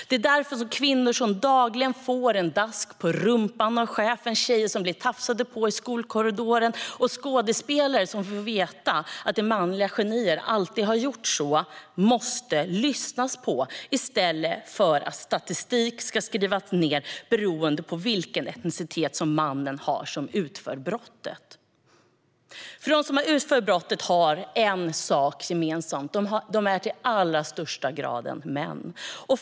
Det är därför kvinnor som dagligen får en dask på rumpan av sin chef, tjejer som blir tafsade på i skolkorridoren och skådespelare som får veta att det manliga geniet alltid har gjort så måste lyssnas på i stället för att man för statistik beroende på vilken etnicitet som mannen som utför brottet har. Den största andelen av dem som begår dessa brott har en sak gemensamt: De är män.